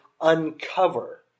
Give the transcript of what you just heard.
uncover